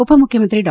ಉಪಮುಖ್ಯಮಂತ್ರಿ ಡಾ